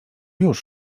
już